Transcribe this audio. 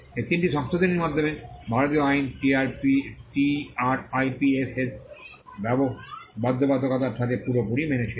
এই তিনটি সংশোধনীর মাধ্যমে ভারতীয় আইন টিআরআইপিএসের বাধ্যবাধকতার সাথে পুরোপুরি মেনে চলেছিল